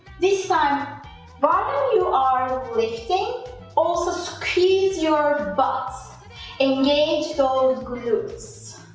this time but you are lifting also squeeze your butt engage those glutes,